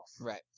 Right